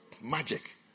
Magic